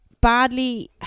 badly